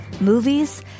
movies